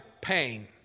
pain